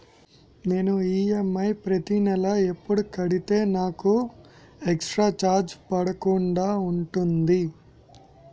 నేను ఈ.ఎం.ఐ ప్రతి నెల ఎపుడు కడితే నాకు ఎక్స్ స్త్ర చార్జెస్ పడకుండా ఉంటుంది?